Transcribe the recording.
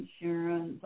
insurance